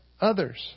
others